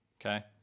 Okay